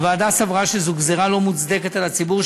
הוועדה סברה שזו גזירה לא מוצדקת על הציבור,